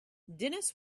dennis